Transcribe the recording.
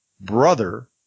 Brother